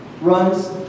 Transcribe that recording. runs